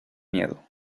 miedo